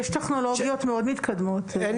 יש טכנולוגיות מתקדמות מאוד.